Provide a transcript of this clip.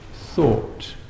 thought